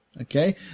Okay